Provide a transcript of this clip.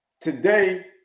Today –